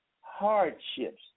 hardships